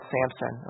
Samson